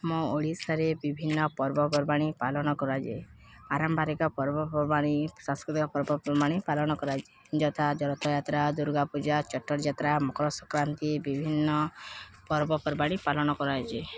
ଆମ ଓଡ଼ିଶାରେ ବିଭିନ୍ନ ପର୍ବପର୍ବାଣି ପାଳନ କରାଯାଏ ପାରମ୍ପାରିକ ପର୍ବପର୍ବାଣି ସାଂସ୍କୃତିକ ପର୍ବପର୍ବାଣଣି ପାଳନ କରାଯାଏ ଯଥା ରଥଯାତ୍ରା ଦୂର୍ଗା ପୂଜା ଚଟରଯାତ୍ରା ମକର ସଂକ୍ରାନ୍ତି ବିଭିନ୍ନ ପର୍ବପର୍ବାଣି ପାଲନ କରାଯାଏ